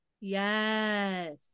Yes